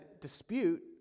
dispute